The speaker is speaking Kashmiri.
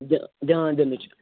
دیٛا دھیان دِنٕچ